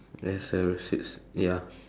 there's a restrict ya